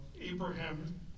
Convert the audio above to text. Abraham